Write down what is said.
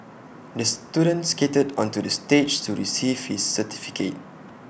the student skated onto the stage to receive his certificate